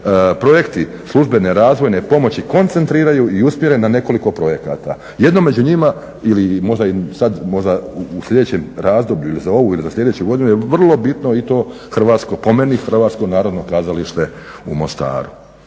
projekti službene razvojne pomoći koncentriraju i usmjere na nekoliko projekata. Jedno među njima ili možda i sada, možda u sljedećem razdoblju, za ovu ili za sljedeću godinu, vrlo bitno je i to Hrvatsko, po meni, HNK u Mostaru.